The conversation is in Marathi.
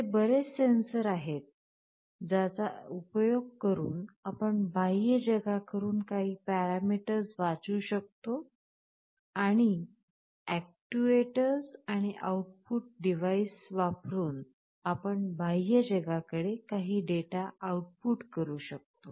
असे बरेच सेन्सर आहेत ज्याचा उपयोग करून आपण बाह्य जगाकडून काही पॅरामीटर्स वाचू शकतो आणि अॅक्ट्युएटर आणि आउटपुट डिव्हाइस वापरुन आपण बाह्य जगा कडे काही डेटा आउटपुट करू शकतो